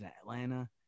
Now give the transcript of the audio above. Atlanta